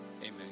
amen